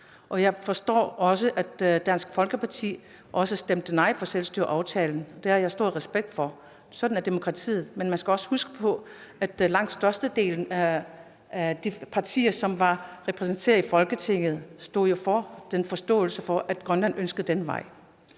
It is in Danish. Jeg forstår også, at Dansk Folkeparti stemte nej til selvstyreaftalen. Det har jeg stor respekt for. Sådan er demokratiet. Men man skal også huske på, at langt størstedelen af de partier, som var repræsenteret i Folketinget, var for forståelsen af, at Grønland ønskede at gå den vej.